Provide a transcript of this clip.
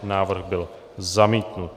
Návrh byl zamítnut.